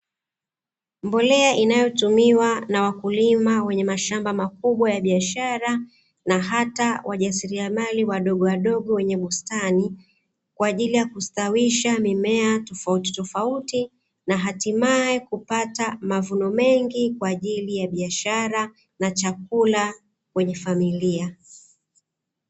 Mbolea inayotumiwa na wakulima wenye mashamba makubwa ya biashara na hata wajasiriamali wadogowadogo wenye bustani, kwa ajili ya kustawisha mimea tofautitofauti, na hatimaye kupata mavuno mengi kwa ajili ya biashara na chakula kwenye familia.